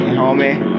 homie